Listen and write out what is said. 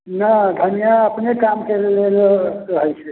नहि धनिआँ अपने कामके लिये होय छै